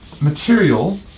material